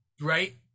right